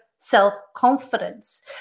self-confidence